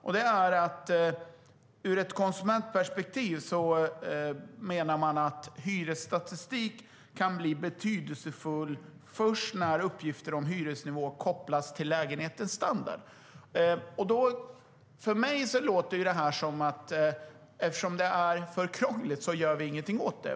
Man menade att ur ett konsumentperspektiv kan hyresstatistik bli betydelsefull först när uppgifter om hyresnivå kopplas till lägenhetens standard. För mig låter det som att man säger: Eftersom det är för krångligt gör vi ingenting åt det.